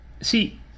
See